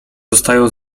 dostaję